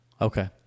okay